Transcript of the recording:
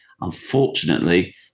unfortunately